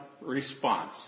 response